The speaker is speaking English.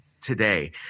today